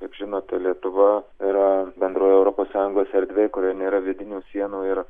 kaip žinote lietuva yra bendroj europos sąjungos erdvėj kurioj nėra vidinių sienų ir